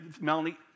Melanie